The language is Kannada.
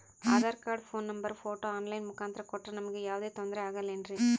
Aadhaar card, phone number, photo online ಮುಖಾಂತ್ರ ಕೊಟ್ರ ನಮಗೆ ಯಾವುದೇ ತೊಂದ್ರೆ ಆಗಲೇನ್ರಿ?